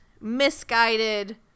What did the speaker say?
misguided